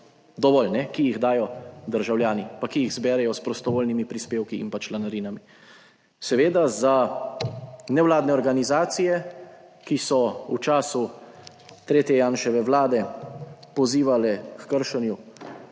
dovolj, ki jih dajo državljani, pa ki jih zberejo s prostovoljnimi prispevki in pa članarinami. Seveda, za nevladne organizacije, ki so v času tretje Janševe vlade pozivale h kršenju